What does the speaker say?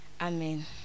Amen